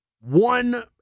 one